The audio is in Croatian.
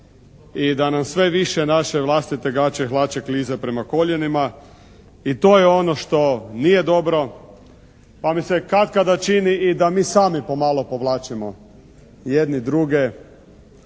i da nam sve više naše vlastite gaće i hlače klize prema koljenima. I to je ono što nije dobro, pa mi se katkada čini i da mi sami pomalo povlačimo jedni druge,